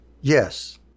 Yes